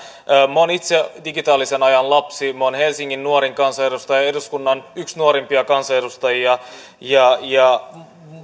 minä olen itse digitaalisen ajan lapsi olen helsingin nuorin kansanedustaja ja yksi eduskunnan nuorimpia kansanedustajia ja ja